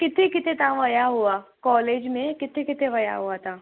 किथे किथे तव्हां विया हुआ कॉलेज में किथे किथे विया हुआ तव्हां